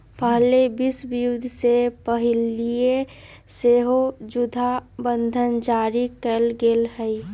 पहिल विश्वयुद्ध से पहिले सेहो जुद्ध बंधन जारी कयल गेल हइ